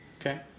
Okay